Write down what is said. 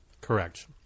Correct